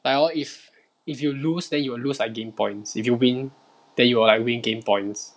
like hor if if you lose then you will lose like game points if you win then you will like win game points